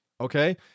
okay